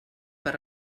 per